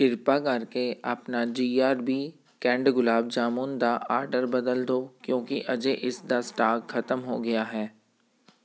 ਕਿਰਪਾ ਕਰਕੇ ਆਪਣਾ G R B canned gulab jamun ਦਾ ਆਰਡਰ ਬਦਲ ਦਿਉ ਕਿਉਂਕਿ ਅਜੇ ਇਸ ਦਾ ਸਟਾਕ ਖਤਮ ਹੋ ਗਿਆ ਹੈ